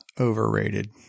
Overrated